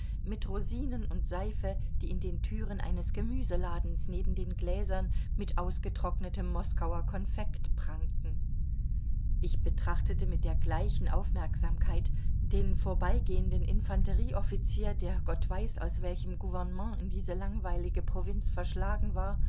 mit rosinen und seife die in den türen eines gemüseladens neben gläsern mit ausgetrocknetem moskauer konfekt prangten ich betrachtete mit der gleichen aufmerksamkeit den vorbeigehenden infanterieoffizier der gott weiß aus welchem gouvernement in diese langweilige provinz verschlagen war